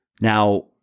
now